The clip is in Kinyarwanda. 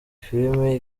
filime